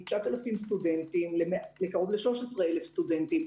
מ-9,000 סטודנטים לקרוב ל-13,000 סטודנטים.